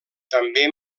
també